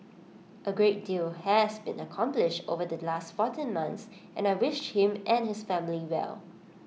A great deal has been accomplished over the last fourteen months and I wish him and his family well